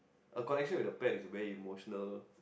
a connection with the pet is very emotional